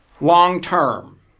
long-term